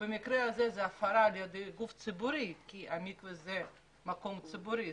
ובמקרה הזה זאת הפרה על-ידי גוף ציבורי כי המקווה זה מקום ציבורי,